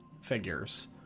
figures